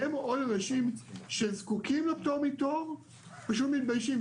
מאוד אנשים שזקוקים לפטור מתור פשוט מתביישים,